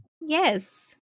Yes